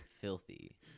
filthy